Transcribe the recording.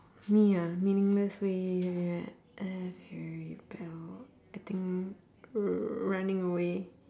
me ah meaningless way I have rebelled I think running away